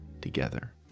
together